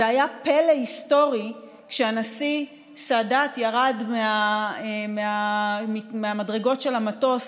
זה היה פלא היסטורי כשהנשיא סאדאת ירד מהמדרגות של המטוס